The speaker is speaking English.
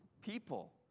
people